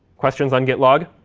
questions on git log?